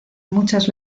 muchas